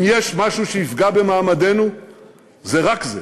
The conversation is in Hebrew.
אם יש משהו שיפגע במעמדנו זה רק זה,